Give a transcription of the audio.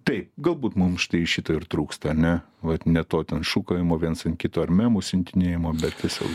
taip galbūt mums štai šito ir trūksta ane vat ne to ten šūkavimo viens ant kito ar memų siuntinėjimo bet tiesiog